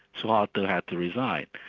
suharto had to resign.